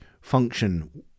function